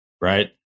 Right